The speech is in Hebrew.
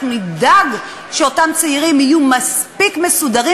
אנחנו נדאג שאותם צעירים יהיו מספיק מסודרים